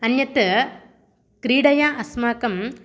अन्यत् क्रीडया अस्माकम्